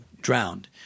drowned